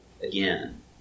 again